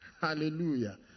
Hallelujah